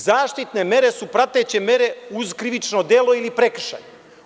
Zaštitne mere su prateće mere uz krivično delo ili prekršaj.